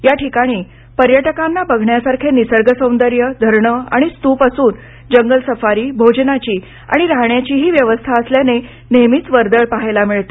या ठिकाणी पर्यटकांना बघण्यासारखे निसर्ग सौदर्य धरण आणि स्तूप असून जंगल सफारी भोजनाची आणि राहण्याचीही व्यवस्था असल्याने नेहमीच वर्दळ पहायला मिळते